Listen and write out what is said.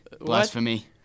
Blasphemy